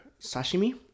sashimi